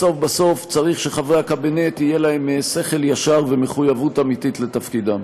בסוף בסוף צריך שלחברי הקבינט יהיו שכל ישר ומחויבות אמיתית לתפקידם.